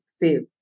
save